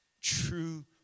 True